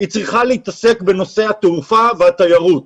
היא צריכה להתעסק בנושא התעופה והתיירות.